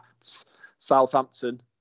Southampton